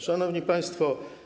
Szanowni Państwo!